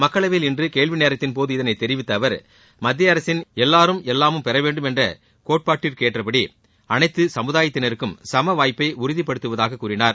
மக்களவையில் இன்று கேள்விநேரத்தின்போது இதனை தெரிவித்த அவர் மத்தியஅரசின் எல்வாரும் எல்வாமும் பெறவேண்டும் என்ற கோட்பாடிற்கேற்றபடி அனைத்து சமுதாயத்தினருக்கும் சமவாய்ப்பை உறுதிப்படுத்துவதாக கூறினார்